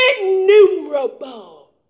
innumerable